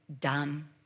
dumb